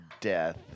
death